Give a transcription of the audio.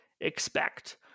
expect